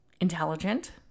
intelligent